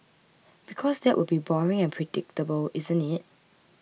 because that will be boring and predictable isn't it